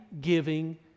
giving